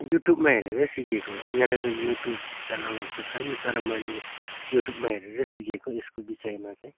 युट्युबमा हेरेरै सिकेको हुँ यहाँनिर युट्युब च्यानलहरू त छैन तर मैले युट्युबमा हेरेरै सिकेको यसको विषयमा चैँ